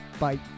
Bye